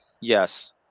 Yes